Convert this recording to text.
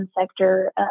sector